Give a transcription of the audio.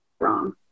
wrong